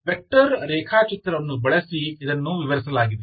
vector ರೇಖಾಚಿತ್ರವನ್ನು ಬಳಸಿ ಇದನ್ನು ವಿವರಿಸಲಾಗಿದೆ